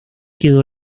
quedó